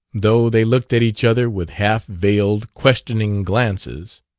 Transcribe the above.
though they looked at each other with half-veiled, questioning glances.